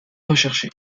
recherché